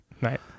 Right